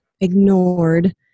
ignored